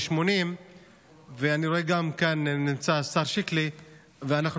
80. אני רואה שנמצא כאן גם השר שיקלי,